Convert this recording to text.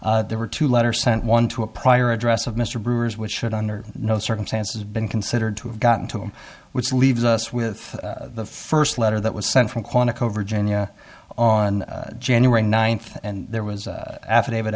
person there were two letters sent one to a prior address of mr brewer's which should under no circumstances been considered to have gotten to him which leaves us with the first letter that was sent from quantico virginia on january ninth and there was affidavit